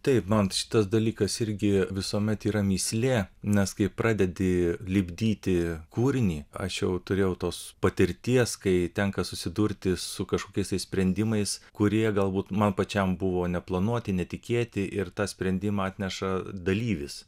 taip man šitas dalykas irgi visuomet yra mįslė nes kai pradedi lipdyti kūrinį aš jau turėjau tos patirties kai tenka susidurti su kažkokiais tai sprendimais kurie galbūt man pačiam buvo neplanuoti netikėti ir tą sprendimą atneša dalyvis